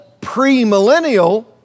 premillennial